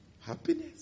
Happiness